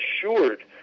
assured